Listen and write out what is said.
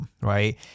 right